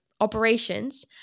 operations